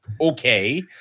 okay